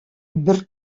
бер